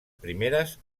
primeres